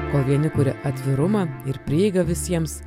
kol vieni kuria atvirumą ir prieigą visiems